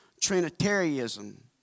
Trinitarianism